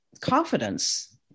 confidence